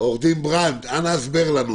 עורך דין ברנד, אנא הסבר לנו.